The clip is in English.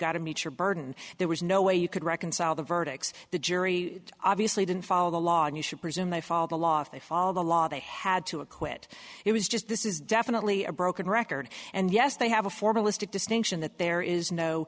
got to meet her burden there was no way you could reconcile the verdicts the jury obviously didn't follow the law and you should presume they follow the law if they follow the law they had to acquit it was just this is definitely a broken record and yes they have a formalistic distinction that there is no